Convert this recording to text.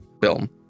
film